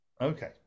Okay